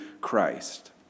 Christ